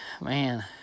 Man